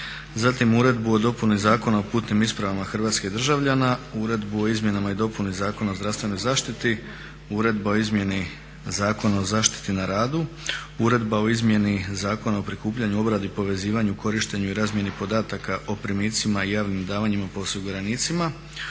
zatim uredbu o dopuni Zakona o putnim ispravama hrvatskih državljana, uredbu o izmjenama i dopuni Zakona o zdravstvenoj zaštiti, uredba o izmjeni Zakona o zaštiti na radu, uredba o izmjeni Zakona o prikupljanju, obradi, povezivanju, korištenju i razmjeni podataka o primicima i javnim davanjima po osiguranicima,